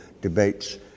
debates